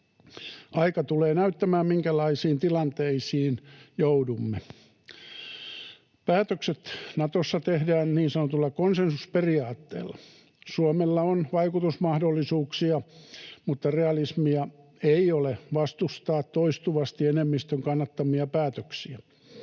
Aika tulee näyttämään, minkälaisiin tilanteisiin joudumme. Päätökset Natossa tehdään niin sanotulla konsensusperiaatteella. Suomella on vaikutusmahdollisuuksia, mutta realismia ei ole vastustaa toistuvasti enemmistön kannattamia päätöksiä.